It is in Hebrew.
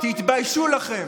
תתביישו לכם.